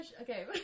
Okay